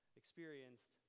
experienced